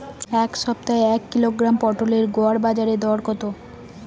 এ সপ্তাহের এক কিলোগ্রাম পটলের গড় বাজারে দর কত?